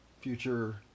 future